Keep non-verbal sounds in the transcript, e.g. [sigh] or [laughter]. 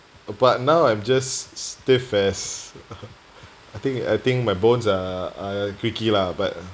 but now I'm just stiff as [laughs] I think I think my bones are are creaky lah but